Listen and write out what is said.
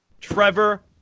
Trevor